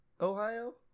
ohio